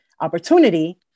opportunity